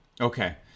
okay